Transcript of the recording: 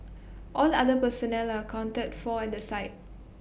all other personnel are accounted for at the site